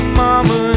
mama